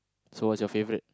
so what's your favourite